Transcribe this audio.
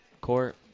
court